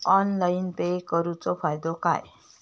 Online pay करुन फायदो काय?